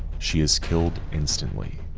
she is killed instantly.